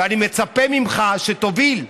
ואני מצפה ממך שתוביל,